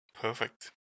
perfect